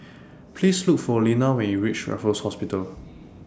Please Look For Linna when YOU REACH Raffles Hospital